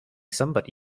somebody